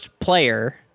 player